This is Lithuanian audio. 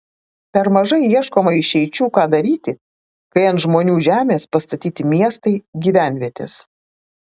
per mažai ieškoma išeičių ką daryti kai ant žmonių žemės pastatyti miestai gyvenvietės